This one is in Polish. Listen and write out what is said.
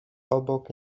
obok